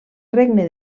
regne